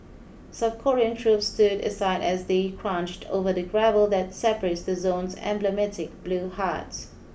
South Korean troops stood aside as they crunched over the gravel that separates the zone's emblematic blue huts